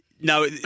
No